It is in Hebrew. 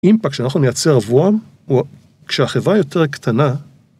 אימפקט שאנחנו נייצר עבורם, הוא כשהחברה יותר קטנה...